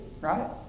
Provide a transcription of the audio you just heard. right